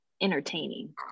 entertaining